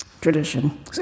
tradition